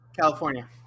california